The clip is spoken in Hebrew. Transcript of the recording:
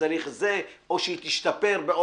או שהיא תשתפר.